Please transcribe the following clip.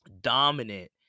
dominant